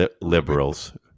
liberals